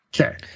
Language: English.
Okay